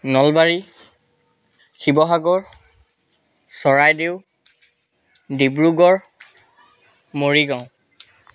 Nalbari Sivasagar Charaideo Dibrugarh Morigaon